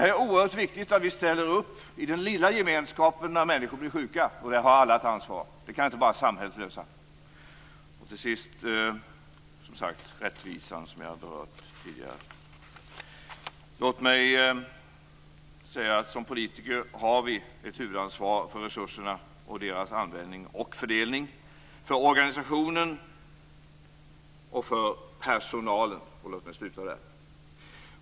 Det är oerhört viktigt att vi ställer upp i den lilla gemenskapen när människor blir sjuka. Där har alla ett ansvar. Det kan inte bara samhället lösa. Och till sist, som sagt, rättvisan, som jag har berört tidigare. Låt mig säga att som politiker har vi ett huvudansvar för resurserna och deras användning och fördelning, för organisationen och för personalen. Låt mig sluta där.